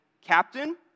captain